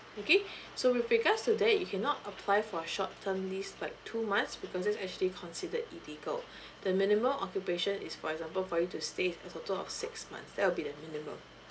okay so with regards to that you cannot apply for short term lease like two months because this actually considered illegal the minimum occupation is for example for you to stay is a total of six months that will be the minimum